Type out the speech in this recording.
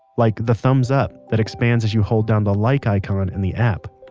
like the thumbs up that expands as you hold down the like icon in the app